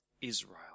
Israel